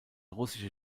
russische